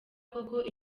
koko